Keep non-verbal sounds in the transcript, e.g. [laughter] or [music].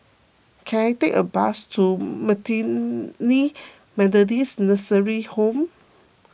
can I take a bus to [unintelligible] Methodist Nursing Home